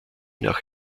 nach